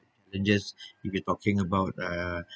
and yes you get talking about uh